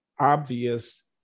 obvious